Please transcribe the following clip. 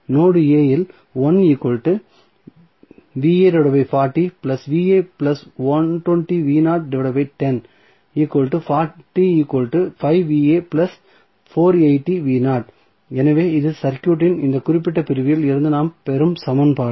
node a இல் எனவே இது சர்க்யூட்டின் இந்த குறிப்பிட்ட பிரிவில் இருந்து நாம் பெறும் சமன்பாடு